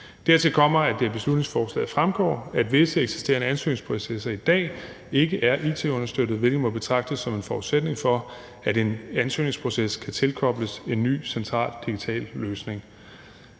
Dertil kommer, at det af beslutningsforslaget fremgår, at visse eksisterende ansøgningsprocesser i dag ikke er it-understøttet, hvilket må betragtes som en forudsætning for, at en ansøgningsproces kan tilkobles en ny central digital løsning.